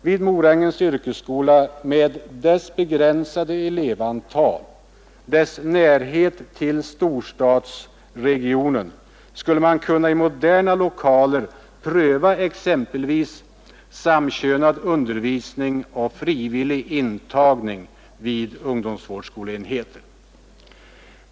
Vid Morängens yrkesskola med dess begränsade elevantal och dess närhet till storstadsregionen skulle man kunna i moderna lokaler pröva exempelvis samkönad undervisning och frivillig intagning vid ungdomsvårdsskoleenheter.